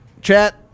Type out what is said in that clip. Chat